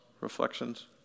reflections